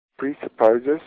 presupposes